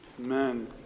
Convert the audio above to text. Amen